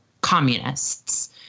communists